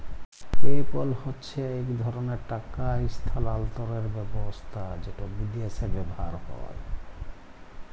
PayPal হছে ইক ধরলের টাকা ইসথালালতরের ব্যাবস্থা যেট বিদ্যাশে ব্যাভার হয়